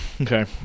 Okay